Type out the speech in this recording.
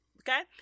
Okay